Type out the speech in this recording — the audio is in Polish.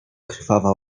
krwawa